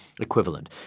equivalent